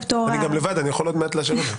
אני גם לבד, אני יכול עוד מעט לאשר את זה.